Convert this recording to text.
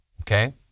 okay